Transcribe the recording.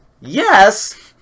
yes